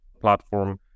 platform